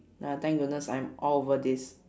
ya thank goodness I'm all over this